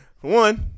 one